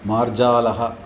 मार्जालः